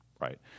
right